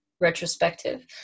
retrospective